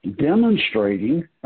demonstrating